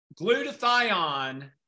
Glutathione